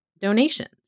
donations